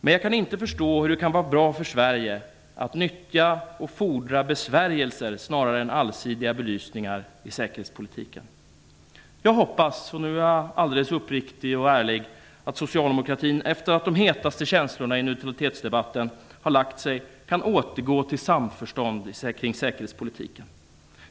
Men jag kan inte förstå hur det kan vara bra för Sverige att nyttja och fordra besvärjelser snarare än allsidiga belysningar i säkerhetspolitiken. Jag hoppas alldeles uppriktigt och ärligt att socialdemokratin kan återgå till samförstånd kring säkerhetspolitiken efter det att de hetaste känslorna i neutralitetsdebatten har lagt sig.